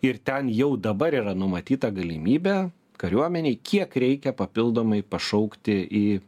ir ten jau dabar yra numatyta galimybė kariuomenei kiek reikia papildomai pašaukti į